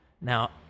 Now